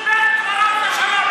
בית-קברות לשלום,